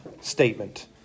statement